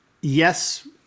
yes